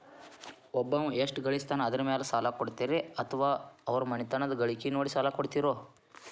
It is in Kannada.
ಒಬ್ಬವ ಎಷ್ಟ ಗಳಿಸ್ತಾನ ಅದರ ಮೇಲೆ ಸಾಲ ಕೊಡ್ತೇರಿ ಅಥವಾ ಅವರ ಮನಿತನದ ಗಳಿಕಿ ನೋಡಿ ಸಾಲ ಕೊಡ್ತಿರೋ?